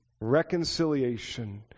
reconciliation